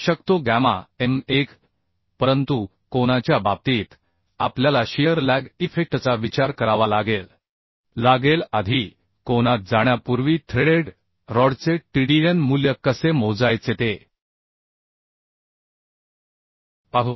शकतो gamma m 1 परंतु कोनाच्या बाबतीत आपल्याला शियर लॅग इफेक्टचा विचार करावा लागेल लागेल आधी कोनात जाण्यापूर्वी थ्रेडेड रॉडचे TDN मूल्य कसे मोजायचे ते पाहू